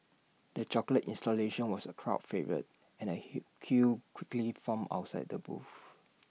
the chocolate installation was A crowd favourite and A hill queue quickly formed outside the booth